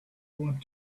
want